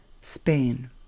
Spain